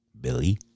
Billy